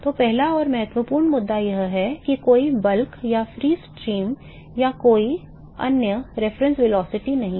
तो पहला और महत्वपूर्ण मुद्दा यह है कि कोई बल्क या फ्री स्ट्रीम या कोई अन्य संदर्भ वेग नहीं है